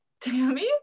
Tammy